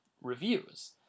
reviews